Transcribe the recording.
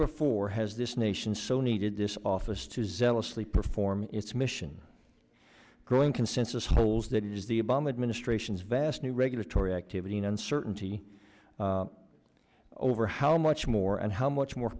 before has this nation so needed this office to zealously perform its mission growing consensus holes that is the obama administration's vast new regulatory activity in uncertainty over how much more and how much more